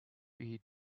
eat